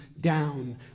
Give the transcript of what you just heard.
down